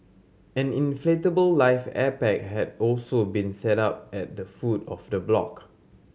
an inflatable life air pack had also been set up at the foot of the block